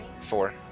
Four